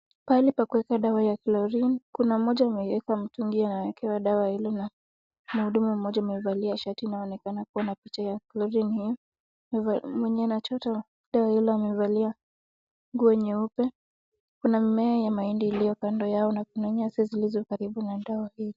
Pahali pa kuweka dawa ya chlorine kuna mmoja ameieka mtungi anawekewa dawa ile na mhudumu moja amevalia shati inayoonekana kuwa na picha chlorine mwenye anachota dawa hiyo amevalia nguo nyeupe, kuna mmea ya mahindi iliyo kando yao na kuna nyasi zilizo karibu na dawa hii.